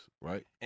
right